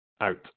out